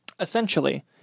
Essentially